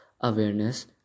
awareness